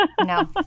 no